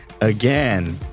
again